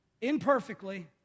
Imperfectly